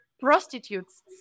prostitutes